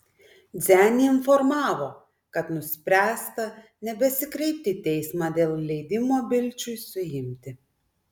dzenį informavo kad nuspręsta nebesikreipti į teismą dėl leidimo bilčiui suimti